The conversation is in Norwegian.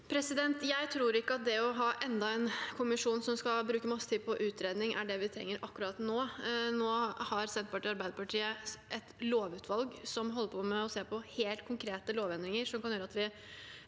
Jeg tror ikke at det å ha enda en kommisjon som skal bruke masse tid på utredning, er det vi trenger akkurat nå. Nå har Senterpartiet og Arbeiderpartiet et lovutvalg som holder på med å se på helt konkrete lovendringer som kan gjøre